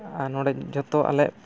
ᱟᱨ ᱱᱚᱰᱮ ᱡᱚᱛᱚᱣᱟᱜ ᱞᱮ